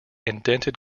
indented